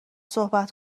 صحبت